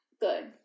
good